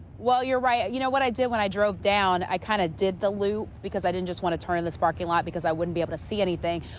well, you're right. you know what i did when i drove down i kind of did the loop because i dent just want to turn in the parking lot because i wouldn't be able to see anything.